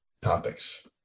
topics